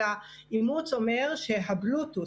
אלא אימוץ אומר שהבלוטות',